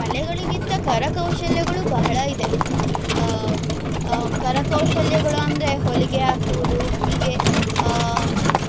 ಕಲೆಗಳಿಗಿಂತ ಕರಕೌಶಲಗಳು ಬಹಳ ಇದೆ ಕರಕೌಶಲಗಳು ಅಂದರೆ ಹೊಲಿಗೆ ಹಾಕುವುದು ಹೀಗೆ